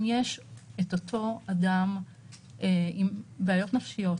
אם יש את אותו אדם עם בעיות נפשיות